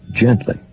gently